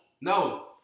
no